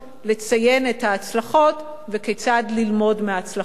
לציין את ההצלחות וכיצד ללמוד מההצלחות.